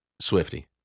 Swifty